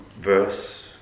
verse